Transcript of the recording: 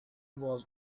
was